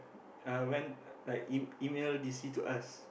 uh when like E E-email D_C to us